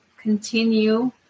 continue